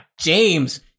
James